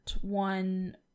one